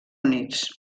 units